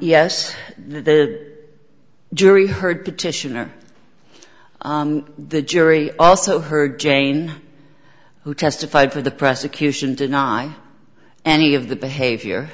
yes the jury heard petitioner the jury also heard jane who testified for the prosecution deny any of the behavior